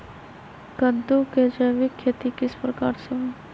कददु के जैविक खेती किस प्रकार से होई?